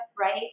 right